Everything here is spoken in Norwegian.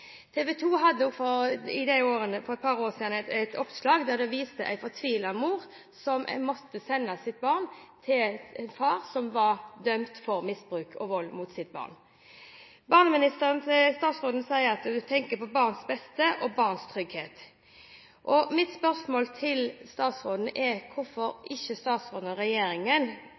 for et par år siden et oppslag der de viste en fortvilet mor som måtte sende sitt barn til en far som var dømt for misbruk av og vold mot sitt barn. Statsråden sier at hun tenker på barns beste og barns trygghet. Mitt spørsmål til statsråden er hvorfor ikke statsråden og regjeringen